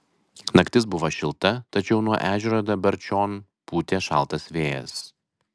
naktis buvo šilta tačiau nuo ežero dabar čion pūtė šaltas vėjas